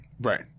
Right